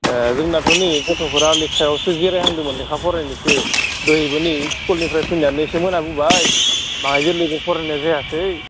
जोंनाथ' नै गथ'फोरा लेखायावसो जिरायहांदोमोन लेखा फरायनोसो दिनैबो नै स्कुलनिफ्राय फैनानै एसे मोनाबोबाय मा जोरलैखौ फरायनाय जायासै